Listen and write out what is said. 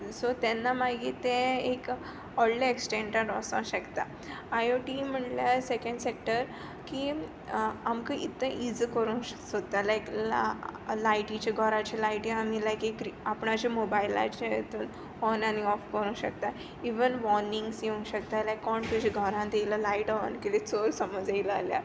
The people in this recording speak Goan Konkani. सो तेन्ना मागीर ते एक व्होडल्या एक्सस्टेन्डान वचो शकता आय ओ टी म्हणल्यार सेकेंड सॅक्टर की आमकां इतले इज करूंक सोदता लायक ला लायटीचें घराच्यो लायटीचें लायक आमी एक आपणाच्या मोबायलाच्या हितून ऑन आनी ऑफ करूं शकताय इवन वॉर्निंग्स येवं शकताय लायक कोण तुज्या गोरांत येयला लायट ऑन केली चोर समज येयलो जाल्यार